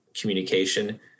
communication